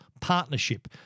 partnership